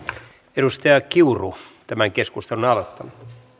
edustaja kiuru tämän keskustelun aloittanut